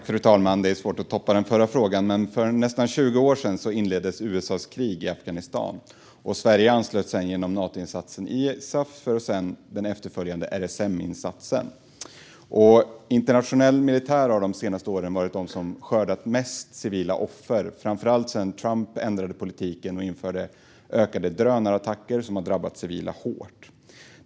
Fru talman! Det är svårt att toppa den förra frågan, men för nästan 20 år sedan inleddes USA:s krig i Afghanistan. Sverige anslöt sedan genom Natoinsatsen Isaf och därefter den efterföljande RSM-insatsen. Internationell militär har de senaste åren varit de som skördat flest civila offer, framför allt sedan Trump ändrade politik och införde ökade drönarattacker som har drabbat civila hårt.